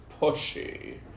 pushy